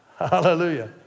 Hallelujah